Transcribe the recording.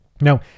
Now